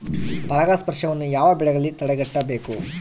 ಪರಾಗಸ್ಪರ್ಶವನ್ನು ಯಾವ ಬೆಳೆಗಳಲ್ಲಿ ತಡೆಗಟ್ಟಬೇಕು?